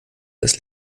das